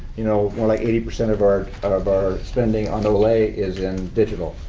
you know, more like eighty percent of our of our spending on olay is in digital.